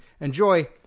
Enjoy